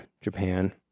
Japan